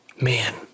Man